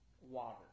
water